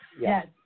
Yes